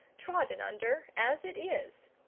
trodden under, as it is.